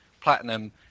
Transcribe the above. Platinum